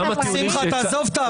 שמחה, תעזוב את העבר.